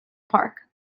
park